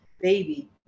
baby